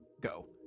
go